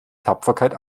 tapferkeit